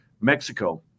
mexico